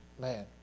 man